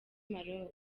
maroc